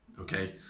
okay